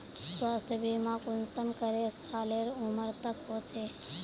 स्वास्थ्य बीमा कुंसम करे सालेर उमर तक होचए?